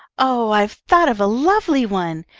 oh, i've thought of a lovely one.